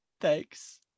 thanks